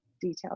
details